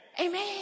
Amen